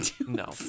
no